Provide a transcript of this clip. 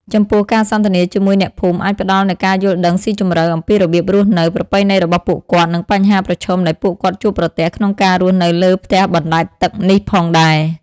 ចំពោះ ការសន្ទនាជាមួយអ្នកភូមិអាចផ្ដល់នូវការយល់ដឹងស៊ីជម្រៅអំពីរបៀបរស់នៅ ប្រពៃណីរបស់ពួកគាត់ និងបញ្ហាប្រឈមដែលពួកគាត់ជួបប្រទះក្នុងការរស់នៅលើផ្ទះបណ្តែតទឹកនេះផងដែរ។